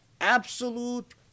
absolute